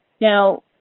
Now